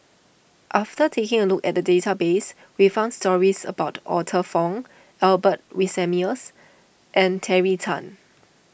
after taking a look at the database we found stories about Arthur Fong Albert Winsemius and Terry Tan